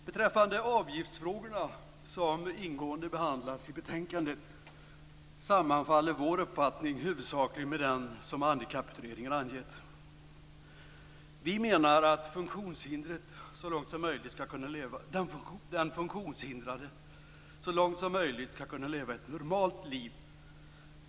Beträffande avgiftsfrågorna, som ingående behandlas i betänkandet, sammanfaller vår uppfattning huvudsakligen med den som Handikapputredningen angett. Vi menar att den funktionshindrade så långt som möjligt skall kunna leva ett normalt liv.